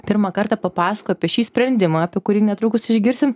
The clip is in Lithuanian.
pirmą kartą papasakojo apie šį sprendimą apie kurį netrukus išgirsim